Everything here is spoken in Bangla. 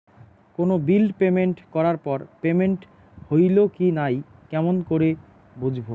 কোনো বিল পেমেন্ট করার পর পেমেন্ট হইল কি নাই কেমন করি বুঝবো?